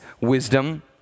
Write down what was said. wisdom